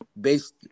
based